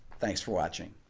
thanks for watching